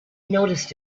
noticed